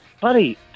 Buddy